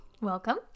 Welcome